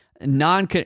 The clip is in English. non